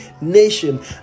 nation